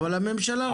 אבל הממשלה רצתה.